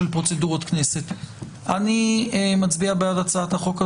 אני מצביע בעד הצעת החוק הזאת.